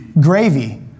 gravy